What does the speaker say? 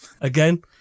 again